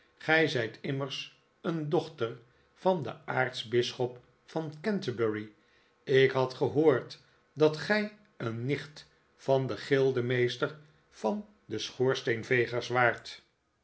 gij zijt immers een dochter van den aartsbisschop van canterbury ik had gehoord dat gij een nicht van den gildemeester van den schoorsteenvegers waart